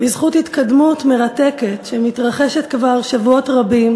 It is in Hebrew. בזכות התקדמות מרתקת שמתרחשת כבר שבועות רבים